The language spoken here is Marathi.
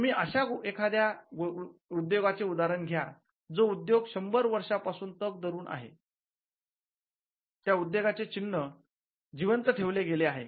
तुम्ही अश्या एखाद्या उद्योगाचे उदाहरण घ्या जो उद्योग शंभर वर्षापासून तक धरुन आहे त्या उद्योगाचे चिन्ह जिवंत ठेवले गेले आहे